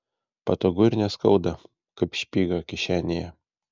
patogu ir neskauda kaip špyga kišenėje